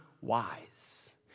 wise